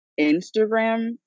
Instagram